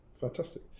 fantastic